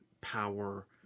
power